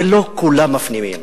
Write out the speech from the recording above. ולא כולם מפנימים.